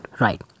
right